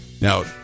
now